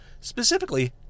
Specifically